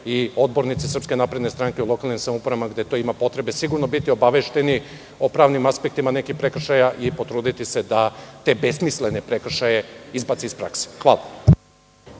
će odbornici SNS u lokalnim samoupravama, gde ima potrebe, sigurno biti obavešteni o pravnim aspektima nekih prekršaja i potruditi se da te besmislene prekršaje izbace iz prakse. Hvala.